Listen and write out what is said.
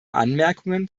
anmerkungen